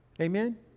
Amen